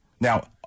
now